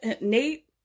Nate